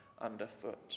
underfoot